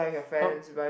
what